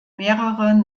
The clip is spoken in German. mehrere